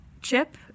chip